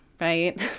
right